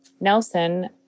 Nelson